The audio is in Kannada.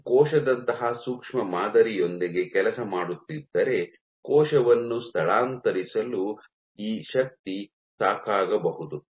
ನೀವು ಕೋಶದಂತಹ ಸೂಕ್ಷ್ಮ ಮಾದರಿಯೊಂದಿಗೆ ಕೆಲಸ ಮಾಡುತ್ತಿದ್ದರೆ ಕೋಶವನ್ನು ಸ್ಥಳಾಂತರಿಸಲು ಈ ಶಕ್ತಿ ಸಾಕಾಗಬಹುದು